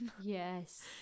Yes